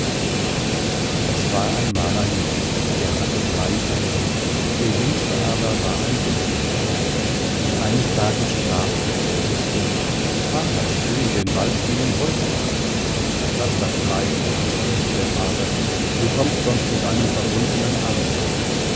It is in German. es war einmal ein mann der hatte drei söhne der jüngste aber war ein dummling eines tags sprach der älteste vater ich will in den wald gehen holz hauen laß das bleiben antwortete der vater du kommst sonst mit einem verbundenen arm heim